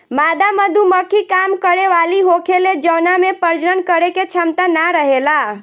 मादा मधुमक्खी काम करे वाली होखेले जवना में प्रजनन करे के क्षमता ना रहेला